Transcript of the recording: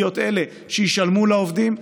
שיהיו אלה שישלמו לעובדים,